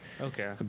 Okay